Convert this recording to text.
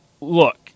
look